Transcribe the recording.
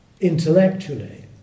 intellectually